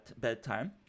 bedtime